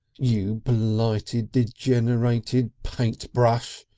you blighted, degenerated paintbrush!